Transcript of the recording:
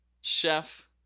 Chef